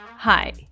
Hi